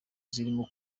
zirimo